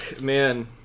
man